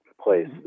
place